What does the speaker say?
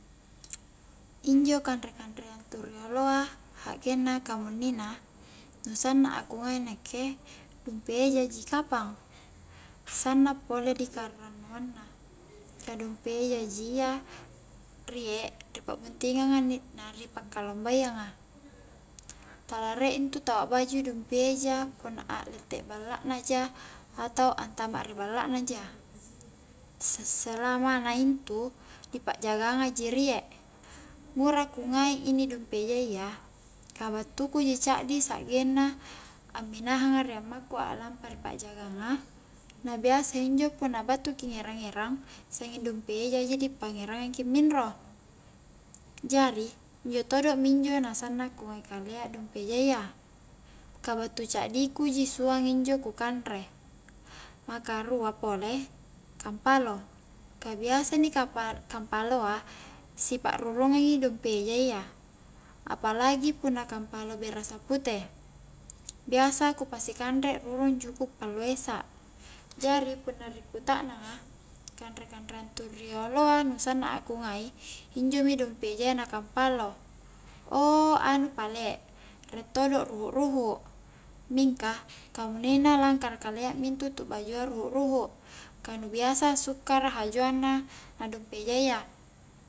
Injo kanre-kanreang tu rioloa ha'genna kamunnina nu sanna a ku ngai nakke dumpi eja ji kapang sanna pole rikarannuang na ka dumpi eja ji iya riek ri pa'buntingang na di pakkalombaiang a tala rie intu tau akbaju dumpi eja punna a'lette balla na ja atau antama ri balla na ja sa-salamana intu ri pa'jaganga ji riek ngura ku ngai inni dumpi ejayya ka battu ku ji caddi saggenna amminahang a ri ammaku a' lampa ri pa'jagang a na biasa injo punna battuki ngerang-ngerang sangging dumpi eja ri paerangngang ki minro jari injo todo mi sanna ku angngaia dumpi ejayya ka battu caddi ku ji suang injo ku kanre, makarua polekampalo, ka biasa inni kampa-kapaloa sipa'rurungang i dumpi ejayya apalagi punna kampalo berasa pute biasa ku pasi kanre rurung juku pallu esa jari punna ri kutaknangnga kanre-kanreang tu rioloa nu sanna a ku a'ngai injomi dumpi eja na kampalo ou anu pale rie k todo ruhu-ruhu mingka kamuninna langkara langkara kalia mi tu bajua ruhu-ruhu ka nu lakbi sukkarai hajuang na na dumpi ejayya